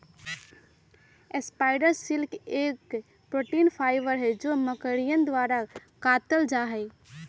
spider silk एक protein fibre हई जो मकड़ियन द्वारा कातल जाहई